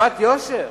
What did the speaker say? טיפת יושר.